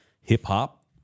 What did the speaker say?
hip-hop